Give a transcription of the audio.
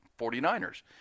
49ers